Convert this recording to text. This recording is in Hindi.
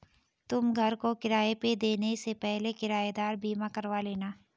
तुम घर को किराए पे देने से पहले किरायेदार बीमा करवा लेना